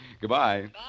Goodbye